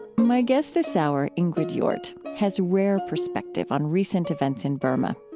my guest this hour, ingrid jordt, has rare perspective on recent events in burma.